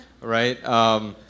right